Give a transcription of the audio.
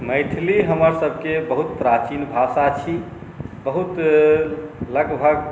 मैथिली हमरसभके बहुत प्राचीन भाषा छी बहुत लगभग